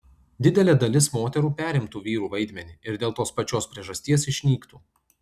didelė dalis moterų perimtų vyrų vaidmenį ir dėl tos pačios priežasties išnyktų